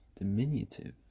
diminutive